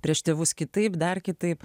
prieš tėvus kitaip dar kitaip